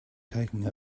taking